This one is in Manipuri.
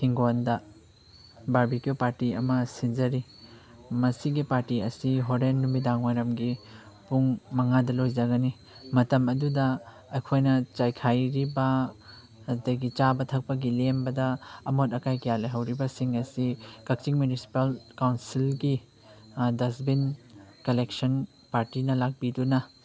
ꯍꯤꯡꯒꯣꯟꯗ ꯕꯥꯔꯕꯤꯀ꯭ꯌꯨ ꯄꯥꯔꯇꯤ ꯑꯃ ꯁꯤꯟꯖꯔꯤ ꯃꯁꯤꯒꯤ ꯄꯥꯔꯇꯤ ꯑꯁꯤ ꯍꯣꯔꯦꯟ ꯅꯨꯃꯤꯗꯥꯡꯋꯥꯏꯔꯝꯒꯤ ꯄꯨꯡ ꯃꯉꯥꯗ ꯂꯣꯏꯖꯒꯅꯤ ꯃꯇꯝ ꯑꯗꯨꯗ ꯑꯩꯈꯣꯏꯅ ꯆꯥꯏꯈꯥꯏꯔꯤꯕ ꯑꯗꯨꯗꯒꯤ ꯆꯥꯕ ꯊꯛꯄꯒꯤ ꯂꯦꯝꯕꯗ ꯑꯃꯣꯠ ꯑꯀꯥꯏ ꯀꯌꯥ ꯂꯩꯍꯧꯔꯤꯕꯁꯤꯡ ꯑꯁꯤ ꯀꯛꯆꯤꯡ ꯃ꯭ꯌꯨꯅꯤꯁꯤꯄꯥꯜ ꯀꯥꯎꯟꯁꯤꯜꯒꯤ ꯗꯁꯕꯤꯟ ꯀꯂꯦꯛꯁꯟ ꯄꯥꯔꯇꯤꯅ ꯂꯥꯛꯄꯤꯗꯨꯅ